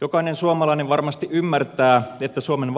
jokainen suomalainen varmasti ymmärtää että suomen